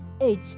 age